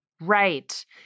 Right